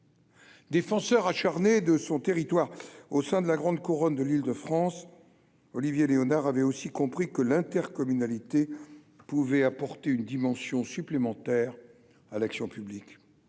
Défenseur acharné de son territoire au sein de la grande couronne de l'Île de France, Olivier Léonard avait aussi compris que l'intercommunalité pouvait apporter une dimension supplémentaire à l'action publique,